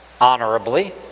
honorably